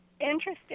interested